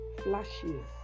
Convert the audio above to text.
flashes